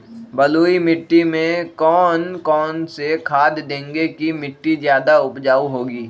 बलुई मिट्टी में कौन कौन से खाद देगें की मिट्टी ज्यादा उपजाऊ होगी?